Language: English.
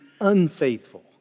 unfaithful